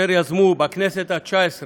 לקריאה שנייה